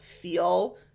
feel